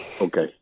Okay